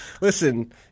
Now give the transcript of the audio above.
listen